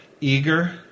eager